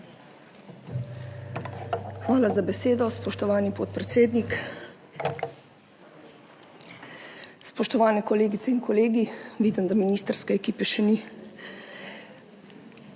Hvala za besedo, spoštovani podpredsednik. Spoštovani kolegice in kolegi! Vidim, da ministrske ekipe še ni.